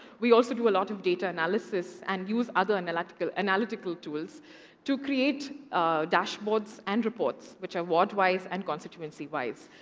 we also do a lot of data analysis and use other analytical analytical tools to create dashboards and reports, which are ward-wise and constituency-wise.